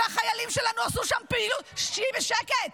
והחיילים שלנו עשו שם פעילות ------ שבי בשקט.